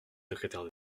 secrétaire